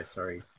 Sorry